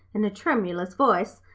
in a tremulous voice,